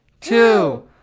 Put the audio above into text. two